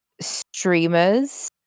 streamers